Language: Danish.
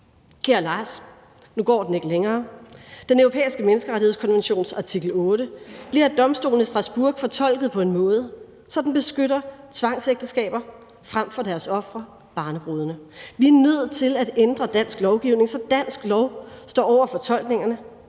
Kære Lars, nu går den ikke længere, Den Europæiske Menneskerettighedskonventions artikel 8 bliver af domstolen i Strasbourg fortolket på en måde, så den beskytter tvangsægteskaber frem for deres ofre, barnebrudene; vi er nødt til at ændre dansk lovgivning, så dansk lov står over fortolkningerne,